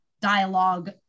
dialogue